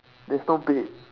there's no bait